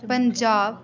Punjab